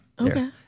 okay